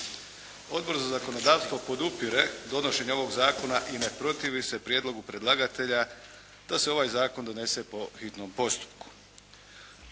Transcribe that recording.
Odbor za zakonodavstvo podupire donošenje ovog zakona i ne protivi se prijedlogu predlagatelja da se ovaj zakon donese po hitnom postupku.